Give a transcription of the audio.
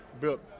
built